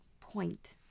point